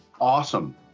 Awesome